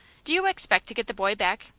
do you expect to get the boy back?